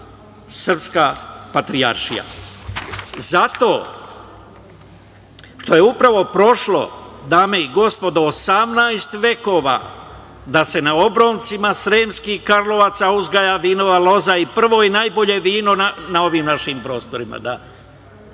Srpska patrijaršija. Zato što je upravo prošlo, dame i gospodo 18 vekova da se na obroncima Sremskih Karlovaca uzgaja vinova loza i prvo i najbolje vino na ovim našim prostorima